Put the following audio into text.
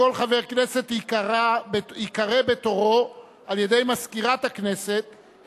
כל חבר כנסת ייקרא בתורו על-ידי מזכירת הכנסת אל